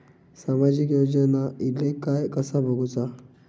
सामाजिक योजना इले काय कसा बघुचा?